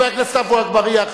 חבר הכנסת עפו אגבאריה,